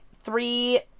three